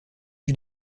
lui